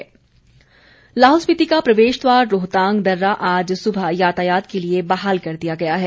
रोहतांग लाहौल स्पीति का प्रवेशद्वार रोहतांग दर्रा आज सुबह यातायात के लिए बहाल कर दिया गया है